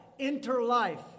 interlife